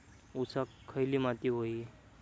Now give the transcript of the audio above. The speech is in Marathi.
ऊसाक खयली माती व्हयी?